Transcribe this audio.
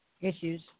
issues